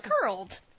curled